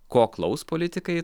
ko klaus politikai